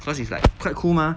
cause it's like quite cool mah